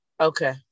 Okay